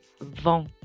vent